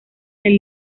del